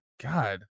god